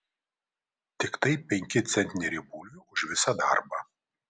tiktai penki centneriai bulvių už visą darbą